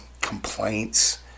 complaints